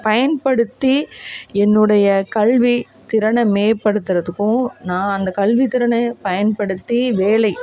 பயன்படுத்தி என்னுடைய கல்வி திறனை மேம்படுத்துறதுக்கும் நான் அந்த கல்வித் திறனை பயன்படுத்தி வேலை